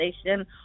station